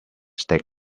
stake